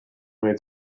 made